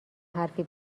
حرفی